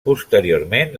posteriorment